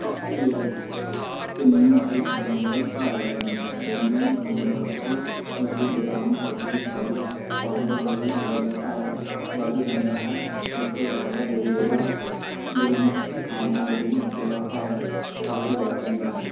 ਪਿੰਨੀਆਂ ਆਦਿ ਖਾਣ ਨਾਲ ਵੀ ਭਾਰ ਵੱਧ ਜਾਂਦਾ ਹੈ ਪਿੰਨੀਆਂ ਬਣਾਉਣ ਵਾਸਤੇ ਉਸ ਵਿੱਚ ਬਦਾਮ ਕਾਜੂ ਆਦਿ ਪਾਉਣ ਨਾਲ ਵੀ ਬੰਦੇ ਦਾ ਭਾਰ ਵੱਧ ਜਾਂਦਾ ਹੈ ਇਸ ਤੋਂ ਇਲਾਵਾ ਗਜਰੇਲਾ ਗਰਮ ਮ ਖਾਣ ਨਾਲ ਵੀ ਬੰਦੇ ਦਾ ਭਾਰ ਕਾਫ਼ੀ ਵੱਧ ਜਾਂਦਾ ਹੈ